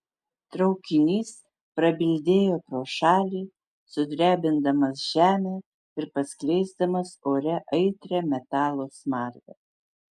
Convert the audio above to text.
traukinys prabildėjo pro šalį sudrebindamas žemę ir paskleisdamas ore aitrią metalo smarvę